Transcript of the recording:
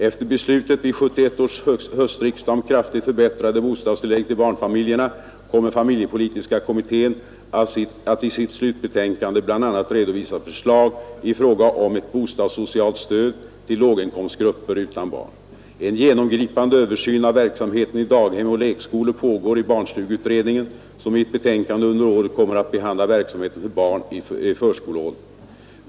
Efter beslutet vid 1971 års höstriksdag om kraftigt förbättrade bostadstillägg till barnfamiljerna kommer familjepolitiska kommittén att i sitt slutbetänkande bl.a. redovisa förslag i fråga om ett bostadssocialt stöd till låginkomstgrupper utan barn. En genomgripande översyn av verksamheten i daghem och lekskolor pågår i barnstugeutredningen, som i ett betänkande under året kommer att behandla verksamheten för barn i förskoleåldern.